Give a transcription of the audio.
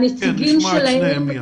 נשמע את שניהם.